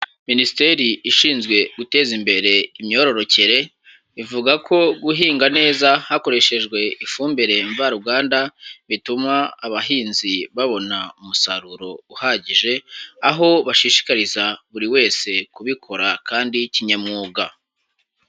Minisiteri ishinzwe guteza imbere imyororokere, ivuga ko guhinga neza hakoreshejwe ifumbire mvaruganda bituma abahinzi babona umusaruro uhagije, aho bashishikariza buri wese kubikora kandi kinyamwuga.